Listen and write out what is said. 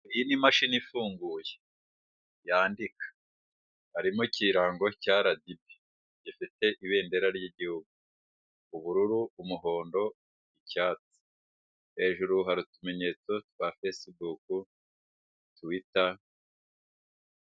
Iyi ni imashini ifunguye yandika harimo ikirango cya RDB gifite ibendera ry'igihugu ubururu, umuhondo, icyatsi hejuru hari utumenyetso twa facebook, twiter,